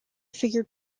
figured